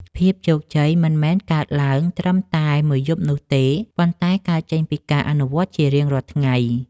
ភាពជោគជ័យមិនមែនកើតឡើងត្រឹមតែមួយយប់នោះទេ ប៉ុន្តែកើតចេញពីការអនុវត្តជារៀងរាល់ថ្ងៃ។